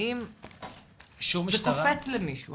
האם האישור הזה קופץ למישהו?